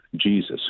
Jesus